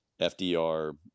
FDR